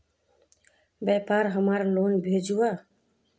व्यापार हमार लोन भेजुआ?